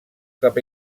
cap